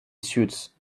suits